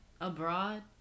Abroad